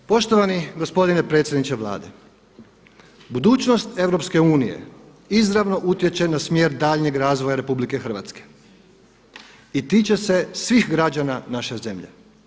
Poštovani gospodine predsjedniče Vlade, budućnost EU izravno utječe na smjer daljnjeg razvoja RH i tiče se svih građana naše zemlje.